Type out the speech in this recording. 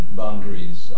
boundaries